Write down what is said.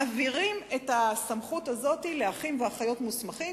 מעבירים את הסמכות הזאת לאחים ואחיות מוסמכים,